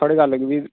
केह्ड़ी गल्ल भी